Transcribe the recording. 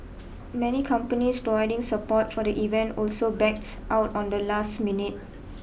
many companies providing support for the event also backed out on the last minute